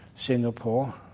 Singapore